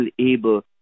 able